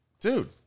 dude